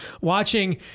watching